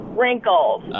wrinkles